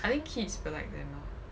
I think kids will like them more